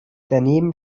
daneben